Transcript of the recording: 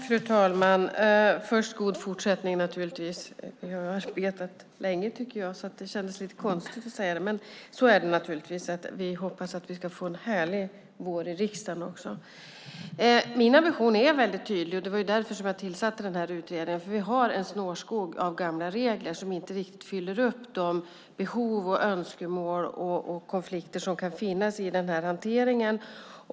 Fru talman! God fortsättning! Vi har arbetat länge, tycker jag, så det känns lite konstigt att säga det. Naturligtvis hoppas vi att vi ska få en härlig vår i riksdagen. Min ambition är väldigt tydlig. Det var därför jag tillsatte den här utredningen. Vi har en snårskog av gamla regler som inte riktigt tillgodoser och löser de behov, önskemål och konflikter som kan finnas i hanteringen.